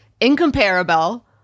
incomparable